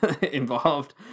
involved